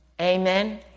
Amen